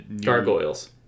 gargoyles